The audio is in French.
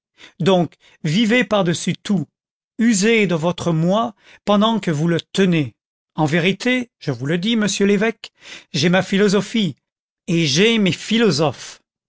donc vivez par-dessus tout usez de votre moi pendant que vous le tenez en vérité je vous le dis monsieur l'évêque j'ai ma philosophie et j'ai mes philosophes